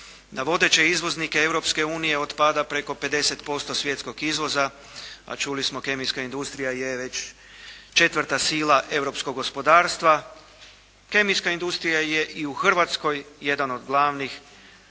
Na vodeće izvoznike Europske unije otpada preko 50% svjetskog izvoza a čuli smo kemijska industrija je već četvrta sila europskog gospodarstva, kemijska industrija je i u Hrvatskoj jedan od glavnih